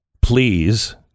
Please